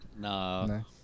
No